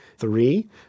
Three